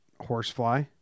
horsefly